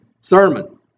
sermon